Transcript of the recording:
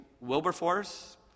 wilberforce